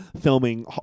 filming